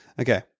Okay